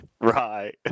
right